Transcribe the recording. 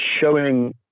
showing